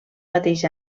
mateix